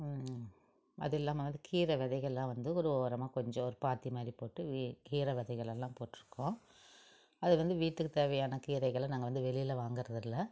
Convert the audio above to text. அது இல்லாமல் வந்து கீரை விதைகள்லாம் வந்து ஒரு ஓரமாக கொஞ்சம் ஒரு பாத்தி மாதிரி போட்டு வீ கீரை விதைகள் எல்லாம் போட்டிருக்கோம் அது வந்து வீட்டுக்கு தேவையான கீரைகளை நாங்கள் வந்து வெளியில வாங்குறது இல்லை